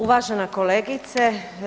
Uvažena kolegice.